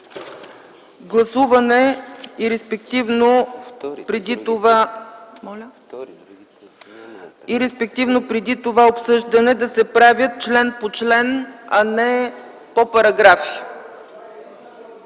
гласуване и респективно преди това обсъждане, да се правят член по член, а не по параграфи.